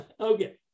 Okay